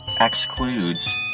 excludes